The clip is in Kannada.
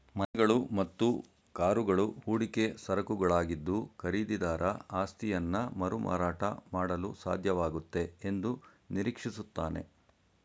ಮನೆಗಳು ಮತ್ತು ಕಾರುಗಳು ಹೂಡಿಕೆ ಸರಕುಗಳಾಗಿದ್ದು ಖರೀದಿದಾರ ಆಸ್ತಿಯನ್ನಮರುಮಾರಾಟ ಮಾಡಲುಸಾಧ್ಯವಾಗುತ್ತೆ ಎಂದುನಿರೀಕ್ಷಿಸುತ್ತಾನೆ